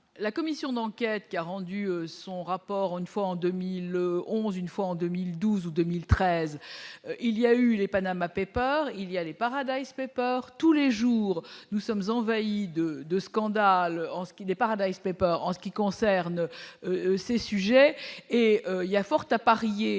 la commission d'enquête, qui a rendu son rapport, une fois en 2011 : une fois en 2012 ou 2013 il y a eu les Panama Papers, il y a les Paradise par tous les jours, nous sommes envahis de de scandale en ce qui n'est pas Rabat et ce n'est pas en ce qui concerne ses sujets et il y a fort à parier